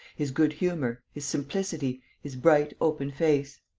his good humour, his simplicity, his bright, open face.